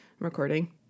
recording